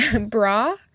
bra